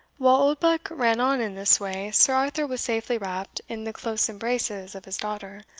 while oldbuck ran on in this way, sir arthur was safely wrapped in the close embraces of his daughter,